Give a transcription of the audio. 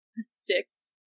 Six